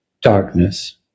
darkness